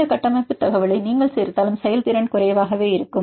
இந்த கட்டமைப்பு தகவலை நீங்கள் சேர்த்தாலும் செயல்திறன் குறைவாகவே இருக்கும்